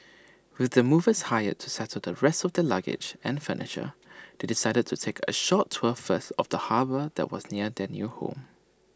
with the movers hired to settle the rest of their luggage and furniture they decided to take A short tour first of the harbour that was near their new home